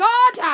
God